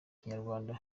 kinyarwanda